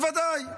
בוודאי.